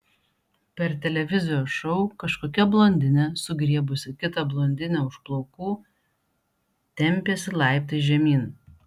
per televizijos šou kažkokia blondinė sugriebusi kitą blondinę už plaukų tempėsi laiptais žemyn